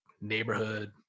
neighborhood